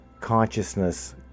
consciousness